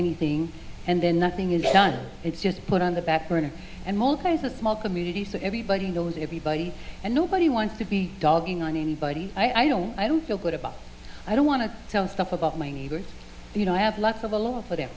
anything and then nothing is done it's just put on the back burner and mulcaire is a small community so everybody knows everybody and nobody wants to be dogging on anybody i don't i don't feel good about i don't want to tell stuff about my neighbors you know i have lots of a lot of for them